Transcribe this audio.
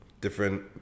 different